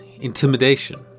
Intimidation